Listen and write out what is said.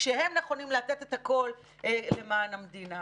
כשהם נכונים לתת את הכול למען המדינה.